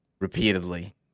repeatedly